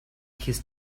his